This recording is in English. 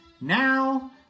Now